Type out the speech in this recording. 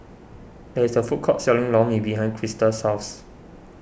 there is a food court selling Lor Mee behind Crista's house